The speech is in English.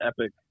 epic